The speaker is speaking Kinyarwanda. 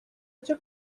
byo